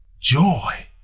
joy